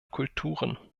kulturen